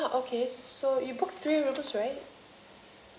uh okay so you booked three rooms right